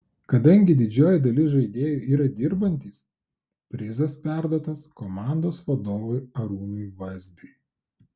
kadangi didžioji dalis žaidėjų yra dirbantys prizas perduotas komandos vadovui artūrui vazbiui